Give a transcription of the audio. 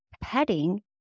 petting